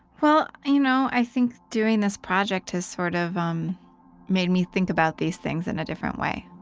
well, i you know i think doing this project has sort of um made me think about these things in a different way.